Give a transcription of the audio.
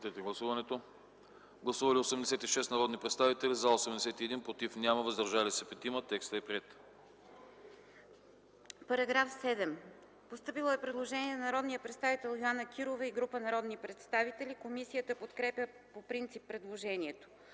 По § 19 е постъпило предложение от народния представител Йоана Кирова и група народни представители. Комисията подкрепя по принцип предложението.